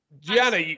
Gianna